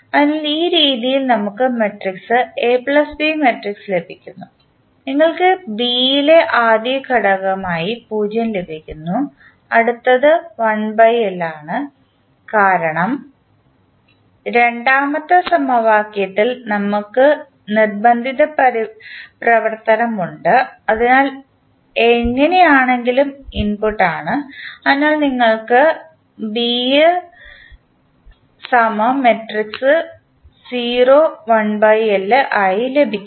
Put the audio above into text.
അതിനാൽ ഈ രീതിയിൽ നമുക്ക് matrix A plus B matrix ലഭിക്കുന്നു നിങ്ങൾക്ക് ബി യിലെ ആദ്യ ഘടകമായി 0 ലഭിക്കുന്നു അടുത്തത് ആണ് കാരണം രണ്ടാമത്തെ സമവാക്യത്തിൽ നമുക്ക് നിർബന്ധിത പ്രവർത്തനം ഉണ്ട് അതിനാൽ എങ്ങനെയാണെങ്കിലും ഇൻപുട്ട് ആണ് അതിനാൽ നിങ്ങൾക്ക് B ആയി ലഭിക്കും